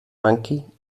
monkey